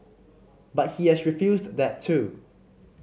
but he has refused that too